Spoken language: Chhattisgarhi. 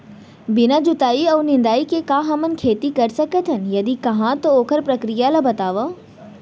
बिना जुताई अऊ निंदाई के का हमन खेती कर सकथन, यदि कहाँ तो ओखर प्रक्रिया ला बतावव?